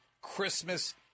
Christmas